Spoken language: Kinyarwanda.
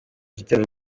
gitera